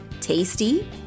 tasty